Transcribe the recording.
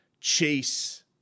chase